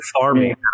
farming